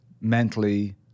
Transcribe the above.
mentally